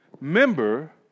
member